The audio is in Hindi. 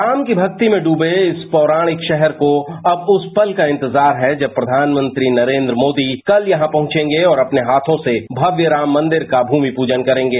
राम की भक्ति में डूबे इस पौराणिक शहर को शहर को अब उस पल का इंतजार है जब प्रधानमंत्री नरेंद्र मोदी कल यहां पहुंचेंगे और अपने हाथों से भव्य राम मंदिर का भूमि पूजन करेंगे